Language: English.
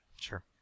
Sure